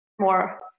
more